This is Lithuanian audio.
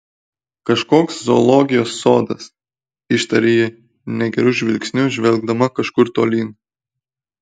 kažkoks zoologijos sodas ištarė ji negeru žvilgsniu žvelgdama kažkur tolyn